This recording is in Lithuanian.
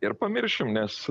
ir pamiršim nes